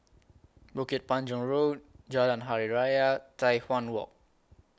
Bukit Panjang Road Jalan Hari Raya Tai Hwan Walk